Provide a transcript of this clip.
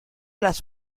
las